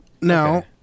no